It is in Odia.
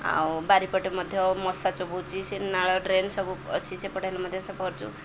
ଆଉ ବାରିପଟେ ମଧ୍ୟ ମଶା ଚୋବାଉଛି ସେ ନାଳ ଡ୍ରେନ ସବୁ ଅଛି ସେପଟରେ ମଧ୍ୟ ସଫା କରୁଛୁ